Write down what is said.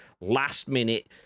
last-minute